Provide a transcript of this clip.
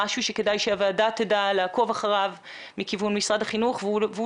משהו שכדאי שהוועדה תדע לעקוב אחריו מכיוון משרד החינוך?